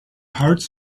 hearts